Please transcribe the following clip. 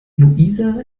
luisa